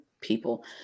people